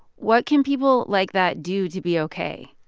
what can people like that do to be ok?